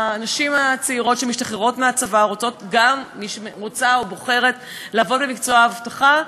הנשים הצעירות שמשתחררות מהצבא ורוצות או בוחרות לעבוד במקצוע אבטחה,